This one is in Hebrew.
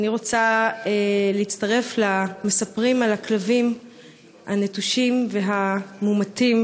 ואני רוצה להצטרף ולדבר על המספרים של הכלבים הנטושים והמומתים.